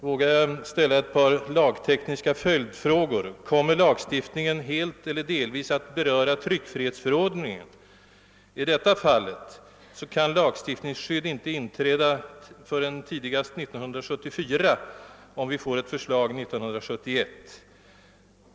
Får jag nu till slut ställa ett par lagtekniska följdfrågor? Kommer den blivande lagstiftningen helt eller delvis att beröra tryckfrihetsförordningen? I så fall kan det nya lagstiftningsskyddet inte inträda förrän tidigast 1974, om vi får ett förslag 1971.